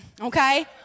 okay